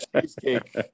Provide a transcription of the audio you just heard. cheesecake